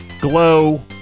GLOW